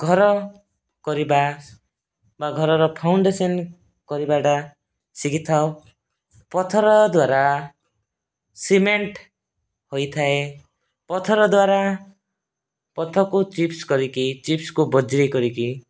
ଘର କରିବା ବା ଘରର ଫାଉଣ୍ଡେସନ କରିବାଟା ଶିଖିଥାଉ ପଥର ଦ୍ୱାରା ସିମେଣ୍ଟ ହୋଇଥାଏ ପଥର ଦ୍ୱାରା ପଥକୁ ଚିପସ କରିକି ଚିପସକୁ ବଜ୍ରି କରିକି